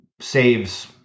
saves